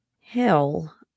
hell